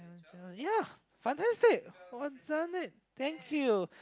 uh ya fantastic we're done it thank you